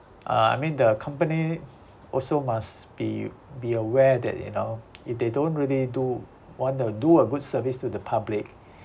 uh I mean the company also must be be aware that you know if they don't really do want a do a good service to the public